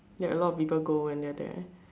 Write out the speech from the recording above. that a lot of people go when they are there